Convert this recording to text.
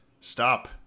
stop